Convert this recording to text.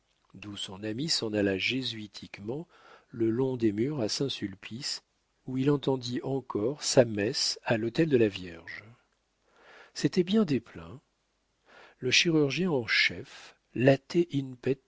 d'où son ami s'en alla jésuitiquement le long des murs à saint-sulpice où il entendit encore sa messe à l'autel de la vierge c'était bien desplein le chirurgien en chef